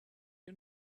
you